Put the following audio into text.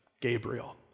Gabriel